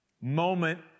moment